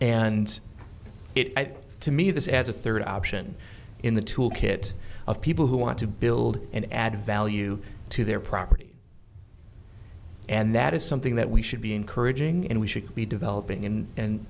and it to me this as a third option in the toolkit of people who want to build and add value to their property and that is something that we should be encouraging and we should be developing in and